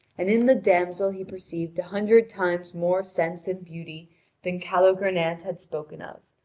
and in the damsel he perceived a hundred times more sense and beauty than calogrenant had spoken of,